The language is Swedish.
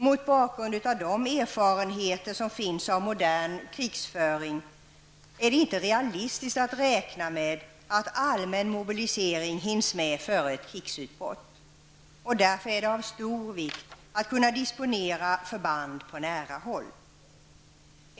Mot bakgrund av de erfarenheter som finns av modern krigföring är det inte realistiskt att räkna med att allmän mobilisering hinns med före ett krigsutbrott. Därför är det av stor vikt att kunna disponera förband på nära håll.